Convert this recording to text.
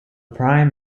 prime